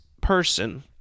person